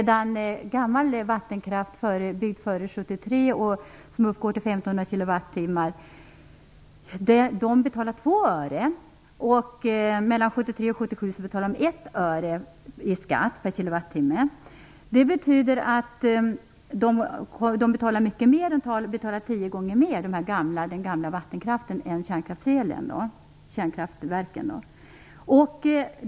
Det betyder att de gamla vattenkraftverken betalar tio gånger mer än kärnkraftverken.